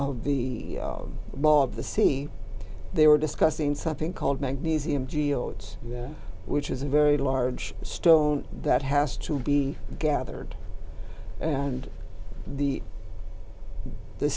of the law of the sea they were discussing something called magnesium geos which is a very large stone that has to be gathered and the the